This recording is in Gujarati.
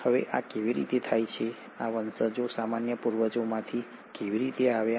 હવે આ કેવી રીતે થાય છે આ વંશજો સામાન્ય પૂર્વજમાંથી કેવી રીતે આવ્યા